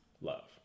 love